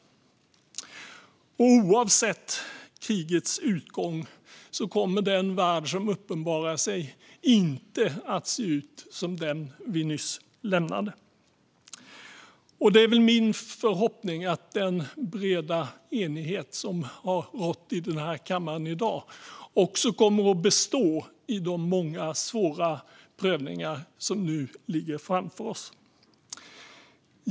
Oavsett krigets utgång kommer den värld som uppenbarar sig inte att se ut som den vi nyss lämnade. Det är min förhoppning att den breda enighet som har rått i den här kammaren i dag också kommer att bestå i de många, svåra prövningar som nu ligger framför oss.